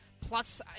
plus –